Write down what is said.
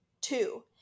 Two